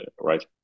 right